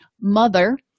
mother